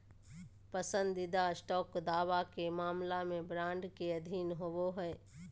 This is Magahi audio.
पसंदीदा स्टॉक दावा के मामला में बॉन्ड के अधीन होबो हइ